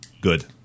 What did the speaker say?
Good